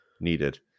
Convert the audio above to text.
needed